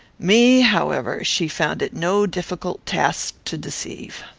me, however, she found it no difficult task to deceive.